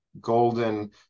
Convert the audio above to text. golden